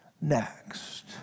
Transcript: next